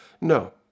No